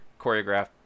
choreographed